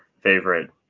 favorite